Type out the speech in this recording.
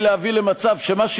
לאימפוטנציה המדינית שלכם.